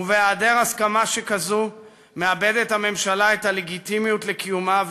ובהיעדר הסכמה כזו מאבדת הממשלה את הלגיטימיות לקיומה,